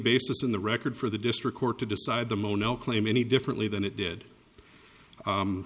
basis in the record for the district court to decide the mono claim any differently than it did